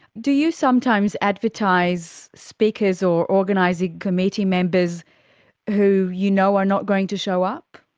do you sometimes advertise speakers or organising committee members who you know are not going to show up?